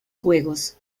juegos